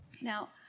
Now